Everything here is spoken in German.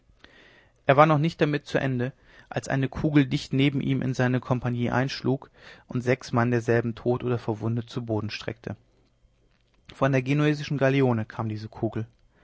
er war noch nicht damit zu ende als eine kugel dicht neben ihm in seine kompanie einschlug und sechs mann derselben tot oder verwundet zu boden streckte von der genuesischen galeone kam diese kugel